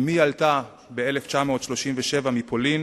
אמי עלתה ב-1937 מפולין